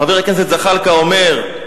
חבר הכנסת זחאלקה אומר: